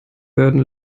werden